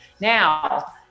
Now